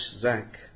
Zach